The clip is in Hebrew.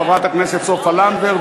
חברת הכנסת סופה לנדבר,